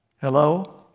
Hello